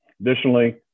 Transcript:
Additionally